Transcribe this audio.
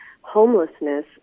homelessness